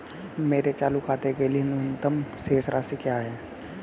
मेरे चालू खाते के लिए न्यूनतम शेष राशि क्या है?